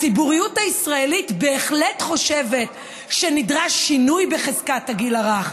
הציבוריות הישראלית בהחלט חושבת שנדרש שינוי בחזקת הגיל הרך,